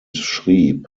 schrieb